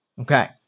Okay